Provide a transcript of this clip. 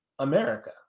america